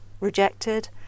rejected